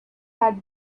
had